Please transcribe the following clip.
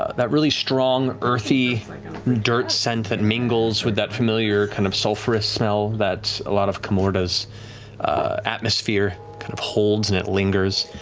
that really strong, earthy dirt-scent that mingles with that familiar kind of sulfurous smell that a lot of kamordah's atmosphere kind of holds, and it lingers.